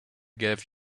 gave